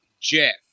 Jeff